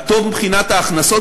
הטוב מבחינת ההכנסות,